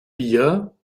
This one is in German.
bier